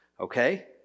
Okay